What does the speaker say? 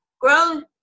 grown